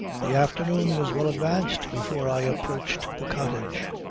the afternoon was well advanced before i approached the cottage.